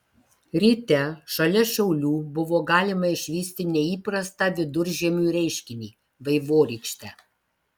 ryte šalia šiaulių buvo galima išvysti neįprastą viduržiemiui reiškinį vaivorykštę